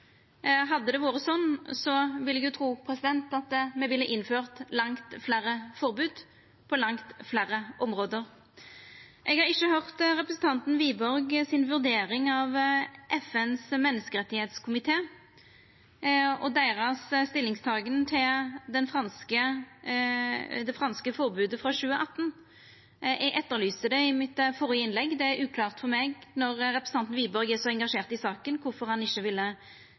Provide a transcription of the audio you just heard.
Hadde det vore slik, ville eg tru at me ville innført langt fleire forbod på langt fleire område. Eg har ikkje høyrt representanten Wiborg si vurdering av FNs menneskerettskomité og deira stilling til det franske forbodet frå 2018. Eg etterlyste det i det førre innlegget mitt. Det er uklart for meg, når representanten Wiborg er så engasjert i saka, kvifor han ikkje ville